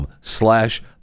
slash